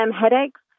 Headaches